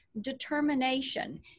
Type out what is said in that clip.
Determination